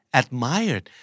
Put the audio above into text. admired